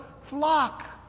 flock